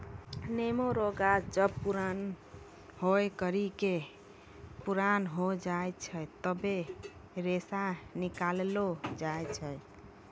नेमो रो गाछ जब पुराणा होय करि के पुराना हो जाय छै तबै रेशा निकालो जाय छै